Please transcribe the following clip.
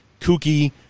kooky